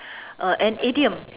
uh an idiom